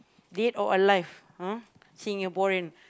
dead or alive !huh! Singaporean